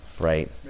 Right